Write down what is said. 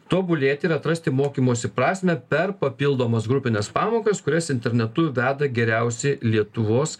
tobulėt ir atrasti mokymosi prasmę per papildomas grupines pamokas kurias internetu veda geriausi lietuvos